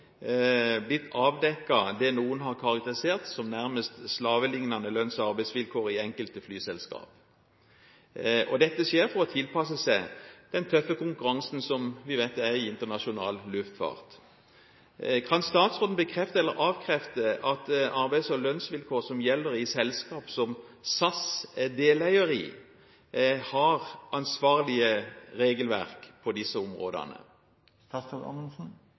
det noen har karakterisert som nærmest slavelignende lønns- og arbeidsvilkår, blitt avdekket i enkelt flyselskaper. Dette skjer for å tilpasse seg den tøffe konkurransen som vi vet er i internasjonal luftfart. Kan statsråden bekrefte eller avkrefte at arbeids- og lønnsvilkår som gjelder i selskaper som SAS er deleier i, har ansvarlige regelverk på disse områdene?